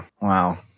wow